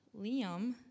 Liam